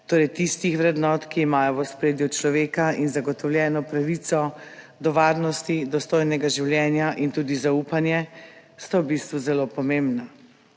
torej tistih vrednot, ki imajo v ospredju človeka in zagotovljeno pravico do varnosti, dostojnega življenja in tudi zaupanje, je v bistvu zelo pomembno.